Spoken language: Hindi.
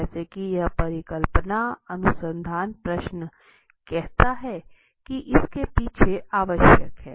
जैसा कि यह परिकल्पना अनुसंधान प्रश्न कहता है कि इसके पीछे आवश्यक है